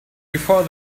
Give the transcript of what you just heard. before